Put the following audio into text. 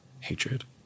hatred